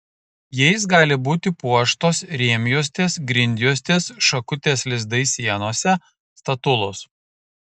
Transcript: jais gali būti puoštos rėmjuostės grindjuostės šakutės lizdai sienose statulos